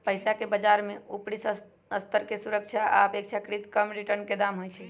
पइसाके बजार में उपरि स्तर के सुरक्षा आऽ अपेक्षाकृत कम रिटर्न के दाम होइ छइ